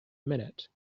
minute